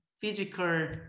physical